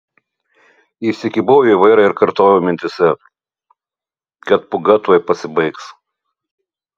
įsikibau į vairą ir kartojau mintyse kad pūga tuoj pasibaigs